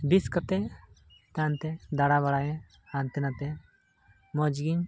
ᱵᱮᱹᱥ ᱠᱟᱛᱮᱫ ᱛᱟᱭᱚᱢᱛᱮ ᱫᱟᱲᱟᱵᱟᱲᱟᱭᱟ ᱦᱟᱱᱛᱮ ᱱᱟᱛᱮ ᱢᱚᱡᱽ ᱜᱤᱧ